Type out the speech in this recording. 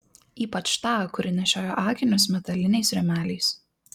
ypač tą kuri nešiojo akinius metaliniais rėmeliais